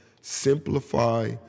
simplify